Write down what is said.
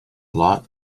lot